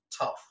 tough